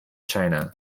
china